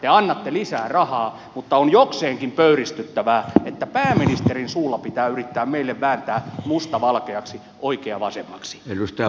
te annatte lisää rahaa mutta on jokseenkin pöyristyttävää että pääministerin suulla pitää yrittää meille vääntää musta valkeaksi oikea vasemmaksi